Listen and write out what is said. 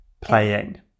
playing